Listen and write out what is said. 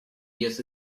years